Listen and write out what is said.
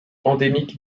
endémique